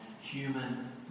human